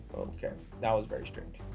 okay, that was very strange.